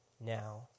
now